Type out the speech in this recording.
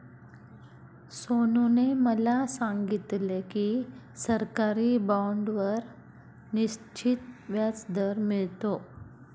सोनूने मला सांगितले की सरकारी बाँडवर निश्चित व्याजदर मिळतो